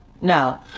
No